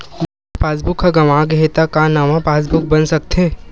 मोर passbook ह गंवा गे हे त का नवा पास बुक बन सकथे?